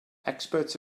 experts